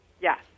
Yes